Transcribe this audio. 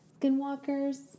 skinwalkers